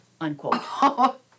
unquote